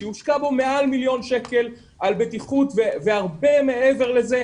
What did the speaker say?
שהושקע בו מעל מיליון שקל על בטיחות והרבה מעבר לזה,